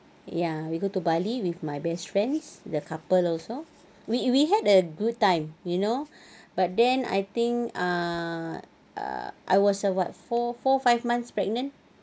ya we go to bali with my best friends the couple also we we had a good time you know but then I think uh I was uh what four four five months pregnant